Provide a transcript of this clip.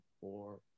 four